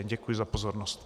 Děkuji za pozornost.